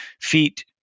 Feet